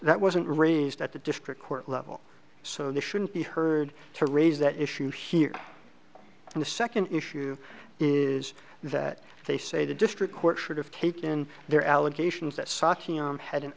that wasn't raised at the district court level so this shouldn't be heard to raise that issue here and the second issue is that they say the district court should have taken their allegations that saki had an